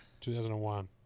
2001